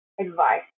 advice